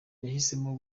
yahisemo